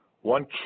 one